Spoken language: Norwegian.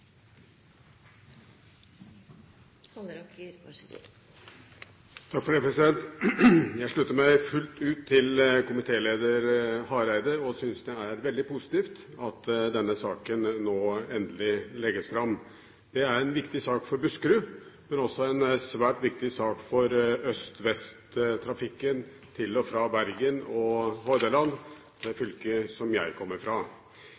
Jeg slutter meg fullt ut til komitéleder Hareide og syns det er veldig positivt at denne saken nå endelig legges fram. Det er en viktig sak for Buskerud, men også en svært viktig sak for øst–vest-trafikken til og fra Bergen og Hordaland, det fylket som jeg kommer fra.